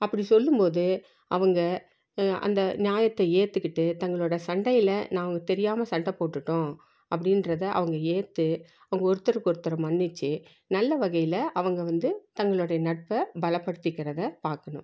அப்படி சொல்லும் போது அவங்க அந்த நியாத்தை ஏற்றுக்கிட்டு தங்களோடு சண்டையில் நாங்கள் தெரியாமல் சண்டை போட்டுவிட்டோம் அப்படின்றத அவங்க ஏற்று அவங்க ஒருத்தருக்கு ஒருத்தரை மன்னித்து நல்ல வகையில் அவங்க வந்து தங்களுடைய நட்பை பலப்படுத்திக்கிறதை பார்க்கணும்